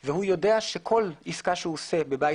הוא יודע שכל עסקה שהוא עושה בבית